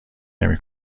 نمی